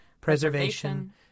preservation